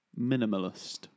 minimalist